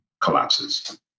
collapses